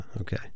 okay